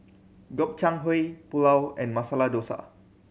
Gobchang Gui Pulao and Masala Dosa